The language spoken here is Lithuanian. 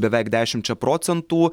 beveik dešimčia procentų